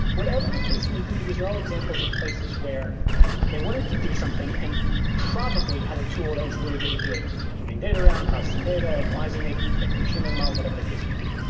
whatever the case may be, these are all examples of places where they wanted to do something and probably had a tool that was really good at doing it moving data around, processing data, analyzing it, training a machine learning model, whatever the case may be.